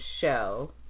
show